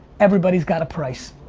everybody's got a price.